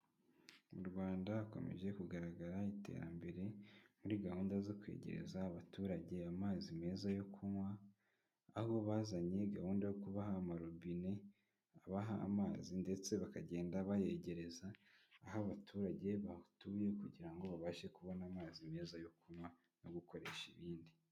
Mu Rwanda hakomeje kugaragara iterambere, muri gahunda zo kwegereza abaturage amazi meza yo kunywa, aho bazanye gahunda yo kubaha amarobine abaha amazi ndetse bakagenda bayegereza aho abaturage bahatuye kugira ngo babashe kubona amazi meza yo kunywa no gukoresha ibindi.